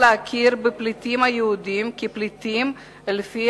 שיש להכיר בפליטים היהודים כפליטים לפי